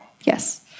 yes